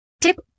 Tip